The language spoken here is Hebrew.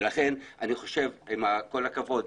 ולכן אני חושב עם כל הכבוד,